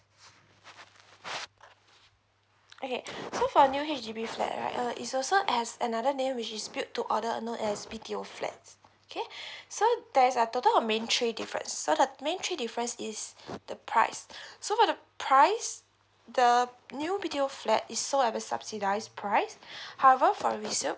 okay so for new H_D_B flat right uh it's also has another name which is built to order or know as B_T_O flats okay so there are total of main three differences so the main three difference is the price so for the price the uh new B_T_O flat is sold at a subsidized price however for resales